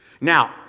Now